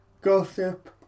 gossip